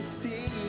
see